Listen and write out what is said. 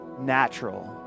natural